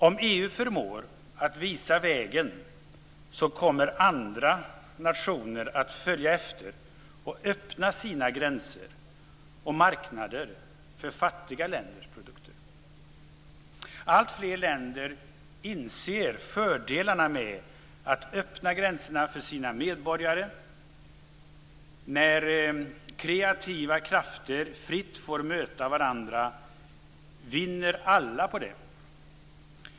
Om EU förmår att visa vägen kommer andra nationer att följa efter och öppna sina gränser och marknader för fattiga länders produkter. Alltfler länder inser fördelarna med att öppna gränserna för sina medborgare. När kreativa krafter fritt får möta varandra vinner alla på det.